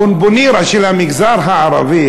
הבונבוניירה של המגזר הערבי,